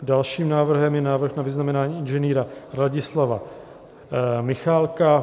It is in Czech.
Dalším návrhem je návrh na vyznamenání Ing. Ladislava Michálka